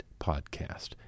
podcast